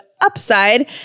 upside